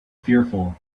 fearful